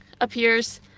appears